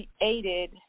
created